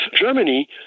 Germany